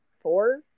four